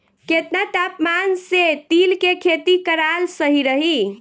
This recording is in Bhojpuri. केतना तापमान मे तिल के खेती कराल सही रही?